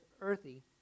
earthy